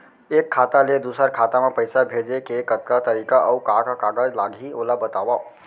एक खाता ले दूसर खाता मा पइसा भेजे के कतका तरीका अऊ का का कागज लागही ओला बतावव?